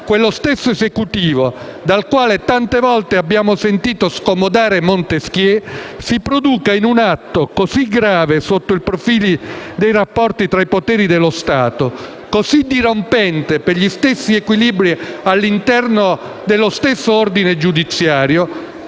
quello stesso Esecutivo dal quale tante volte abbiamo sentito scomodare Montesquieu, produca un atto così grave sotto il profilo dei rapporti tra i poteri dello Stato, così dirompente per gli equilibri all'interno dello stesso ordine giudiziario,